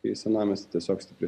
kai senamiesty tiesiog stipriai